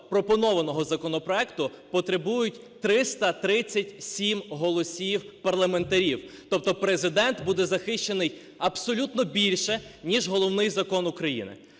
пропонованого законопроекту потребують 337 голосів парламентарів, тобто Президент буде захищений абсолютно більше, ніж головний Закон України.